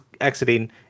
exiting